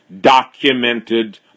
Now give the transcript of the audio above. documented